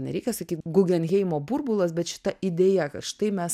nereikia sakyt gugenheimo burbulas bet šita idėja kad štai mes